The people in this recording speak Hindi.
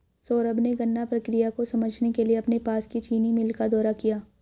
सौरभ ने गन्ना प्रक्रिया को समझने के लिए अपने पास की चीनी मिल का दौरा किया